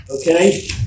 Okay